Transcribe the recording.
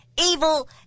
evil